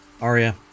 Aria